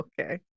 okay